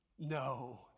No